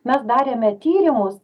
mes darėme tyrimus